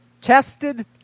tested